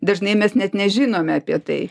dažnai mes net nežinome apie tai